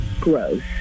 gross